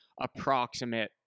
approximate